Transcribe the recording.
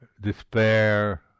despair